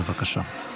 בבקשה.